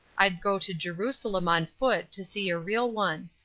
i'd go to jerusalem on foot to see a real one.